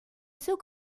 zug